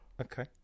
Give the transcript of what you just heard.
Okay